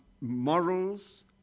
morals